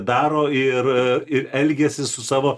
daro ir ir elgiasi su savo